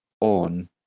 on